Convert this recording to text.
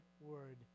word